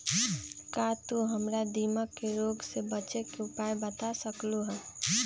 का तू हमरा दीमक के रोग से बचे के उपाय बता सकलु ह?